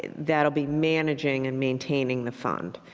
that will be managing and maintaining the fund.